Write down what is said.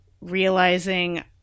realizing